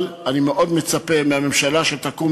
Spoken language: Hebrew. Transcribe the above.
אבל אני מאוד מצפה מהממשלה שתקום,